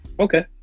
Okay